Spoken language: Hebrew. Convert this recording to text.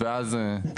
ואז.